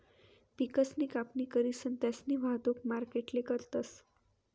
पिकसनी कापणी करीसन त्यास्नी वाहतुक मार्केटले करतस